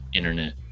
internet